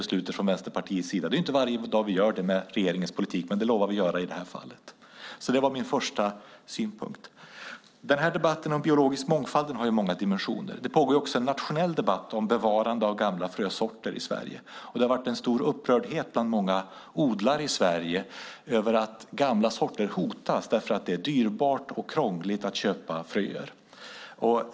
Det är inte varje dag vi gör det när det gäller regeringens politik, men i det här fallet lovar vi att göra det. Debatten om biologisk mångfald har många dimensioner. Det pågår också en nationell debatt om bevarande av gamla frösorter i Sverige. Det har varit stor upprördhet bland många odlare i Sverige över att gamla sorter hotas på grund av att det är dyrt och krångligt att köpa fröer.